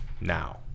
now